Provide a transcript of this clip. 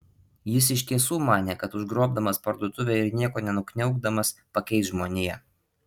jis iš tiesų manė kad užgrobdamas parduotuvę ir nieko nenukniaukdamas pakeis žmoniją